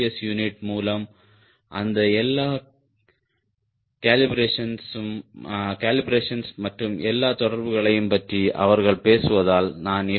S unit மூலம் அந்த எல்லா காலிபரேஷன்ஸ் மற்றும் எல்லா தொடர்புகளையும் பற்றி அவர்கள் பேசுவதால் நான் எஃப்